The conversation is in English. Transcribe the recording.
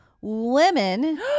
women